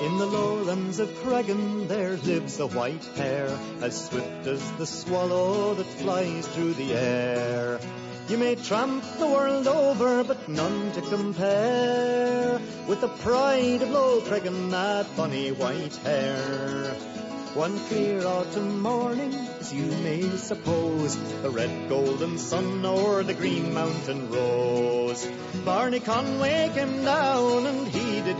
In the lowlands of Cregan there lives a white hare, as swift as the swallow that flies through the air. You may tramp the world over, but none to compare with the pride of Lough Cregan, that bonny white hare. One clear autumn morning, as you may suppose, the red golden sun o'er the green mountain rose. Barney Conway came down and he did